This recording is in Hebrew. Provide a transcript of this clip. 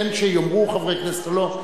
בין שיאמרו חברי כנסת או לא,